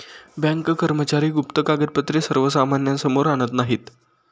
bank कर्मचारी गुप्त कागदपत्रे सर्वसामान्यांसमोर आणत नाहीत